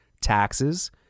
taxes